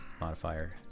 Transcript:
modifier